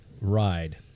ride